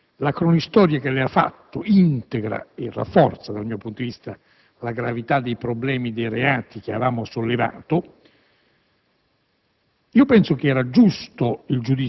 in provincia di Avellino è stato sciolto. La cronistoria che lei ha fatto integra e rafforza, dal mio punto di vista, la gravità dei reati che avevamo evidenziato.